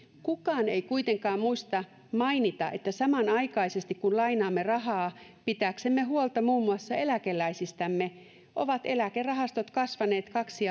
kukaan ei kuitenkaan muista mainita että samanaikaisesti kun lainaamme rahaa pitääksemme huolta muun muassa eläkeläisistämme ovat eläkerahastot kasvaneet kaksi